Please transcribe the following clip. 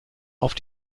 auf